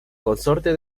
consorte